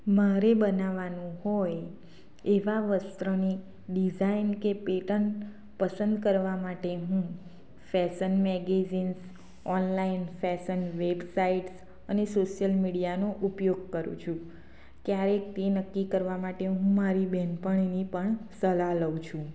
મારે બનાવવાનું હોય એવા વસ્ત્રની ડિઝાઈન કે પેટર્ન પસંદ કરવા માટે હું fashion magazine online fashion websites અને સોસિયલ મીડિયાનો ઉપયોગ કરું છું ક્યારેક તે નક્કી કરવા માટે હું મારી બેનપણીને પણ સલાહ લઉં છું